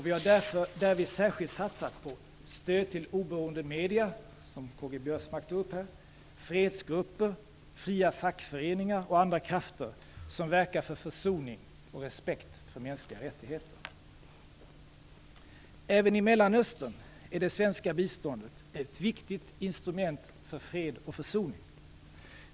Vi har därvid särskilt satsat på stöd till oberoende medier - vilket Karl-Göran Biörsmark tog upp - fredsgrupper, fria fackföreningar och andra krafter som verkar för försoning och respekt för mänskliga rättigheter. Även i Mellanöstern är det svenska biståndet ett viktigt instrument för fred och försoning.